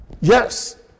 yes